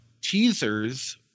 teasers